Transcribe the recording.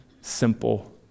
simple